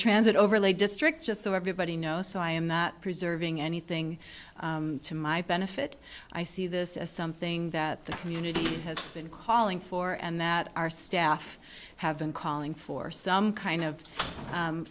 transit overlay district just so everybody knows so i am not preserving anything to my benefit i see this as something that the community has been calling for and that our staff have been calling for some kind of